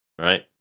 right